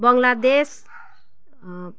Bangladesh